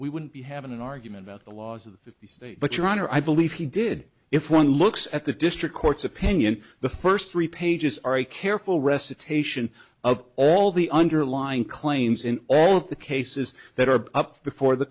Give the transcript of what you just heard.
we wouldn't be having an argument about the laws of the state but your honor i believe he did if one looks at the district court's opinion the first three pages are a careful recitation of all the underlying claims in all of the cases that are up before the